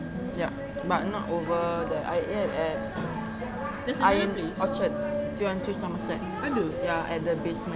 yup but not over there I ate at ion orchard three one three somerset ya at the basement